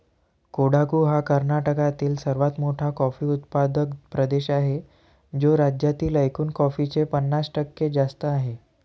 कोडागु हा कर्नाटकातील सर्वात मोठा कॉफी उत्पादक प्रदेश आहे, जो राज्यातील एकूण कॉफीचे पन्नास टक्के जास्त आहे